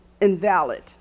invalid